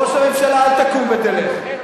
ראש הממשלה, אל תקום ותלך.